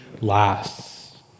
lasts